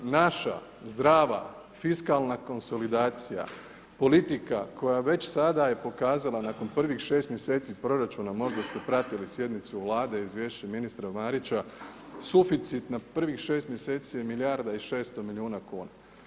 Naša zdrava fiskalna konsolidacija, politika koja je već sada pokazala nakon prvih 6 mj. proračuna, možda ste pratili sjednicu Vlade, izvješće ministra Marića, suficit na prvih 6 mj. je milijarda i 600 milijuna kuna.